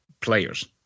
players